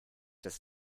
das